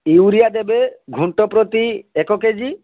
urea ଦେବେ ଘୁଣ୍ଟ ପ୍ରତି ଏକ କେଜି